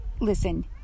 listen